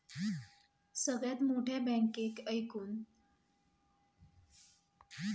सगळ्यात मोठ्या बँकेक एकूण संपत्तीवरून वेगवेगळा केला जाता